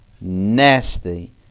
nasty